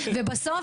ובסוף,